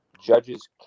judge's